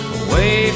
away